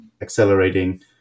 accelerating